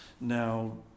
now